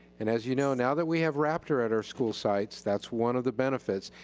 and as you know, now that we have raptor at our school sites, that's one of the benefits,